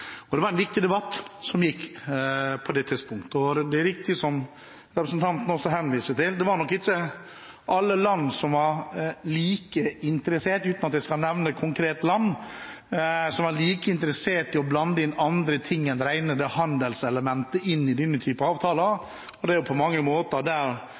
Det var en viktig debatt som gikk på det tidspunktet, og det er riktig, som representanten henviser til, at det var nok ikke alle land – uten at jeg skal nevne konkret land – som var like interessert i å blande andre ting enn det rene handelselementet inn i denne typen avtaler.